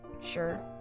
sure